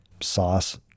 sauce